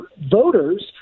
voters